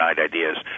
ideas